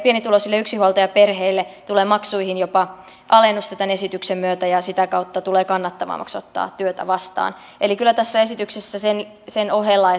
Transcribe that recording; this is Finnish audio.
pienituloisille yksinhuoltajaperheille tulee maksuihin jopa alennusta tämän esityksen myötä ja sitä kautta tulee kannattavammaksi ottaa työtä vastaan kyllä tässä esityksessä sen sen ohella